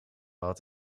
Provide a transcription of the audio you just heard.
had